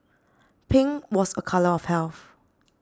pink was a colour of health